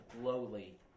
lowly